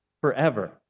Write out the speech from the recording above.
forever